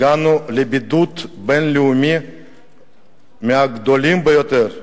הגענו לבידוד בין-לאומי מהגדולים ביותר,